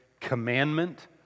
commandment